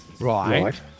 Right